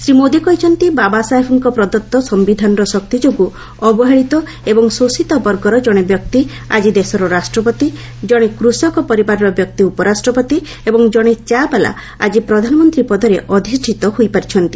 ଶ୍ରୀ ମୋଦି କହିଛନ୍ତି ବାବାସାହେବଙ୍କ ପ୍ରଦତ୍ତ ସମ୍ଭିଧାନର ଶକ୍ତି ଯୋଗୁଁ ଅବହେଳିତ ଏବଂ ଶୋଷିତ ବର୍ଗର ଜଣେ ବ୍ୟକ୍ତି ଆଜି ଦେଶର ରାଷ୍ଟ୍ରପତି ଜଣେ କୃଷକ ପରିବାରର ବ୍ୟକ୍ତି ଉପରାଷ୍ଟ୍ରପତି ଏବଂ ଜଣେ ଚା' ବାଲା ଆକି ପ୍ରଧାନମନ୍ତ୍ରୀ ପଦରେ ଅଧିଷ୍ଠିତ ହୋଇପାରିଛନ୍ତି